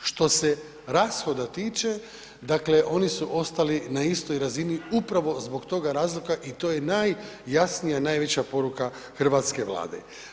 Što se rashoda tiče, dakle oni su ostali na istoj razini upravo zbog toga razloga i to je najjasnija, najveća poruka Hrvatske vlade.